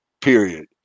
period